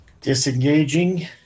Disengaging